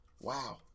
wow